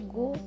go